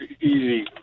easy